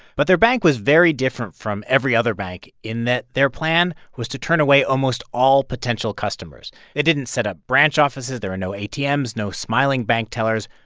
but their bank was very different from every other bank, in that their plan was to turn away almost all potential customers. they didn't set up branch offices. there were no atms, no smiling bank tellers.